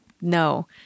no